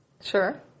Sure